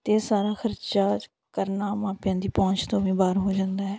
ਅਤੇ ਸਾਰਾ ਖਰਚਾ ਕਰਨਾ ਮਾਪਿਆਂ ਦੀ ਪਹੁੰਚ ਤੋਂ ਵੀ ਬਾਹਰ ਹੋ ਜਾਂਦਾ ਹੈ